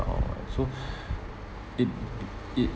so it it